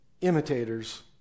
imitators